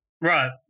right